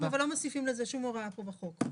אנחנו לא מוסיפים לזה שום הוראה פה בחוק.